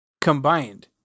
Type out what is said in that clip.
Combined